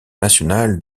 national